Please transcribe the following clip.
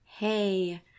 hey